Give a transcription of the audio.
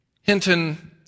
Hinton